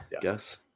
guess